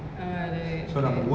oh ah the